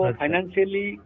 financially